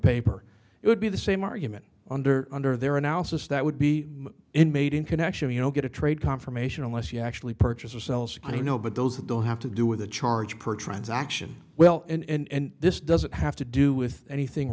paper it would be the same argument under under their analysis that would be in made in connection you know get a trade confirmation unless you actually purchased or sells i know but those that don't have to do with a charge per transaction well and this doesn't have to do with anything